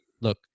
look